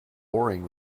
pouring